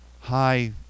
high